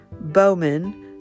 Bowman